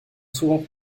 souvent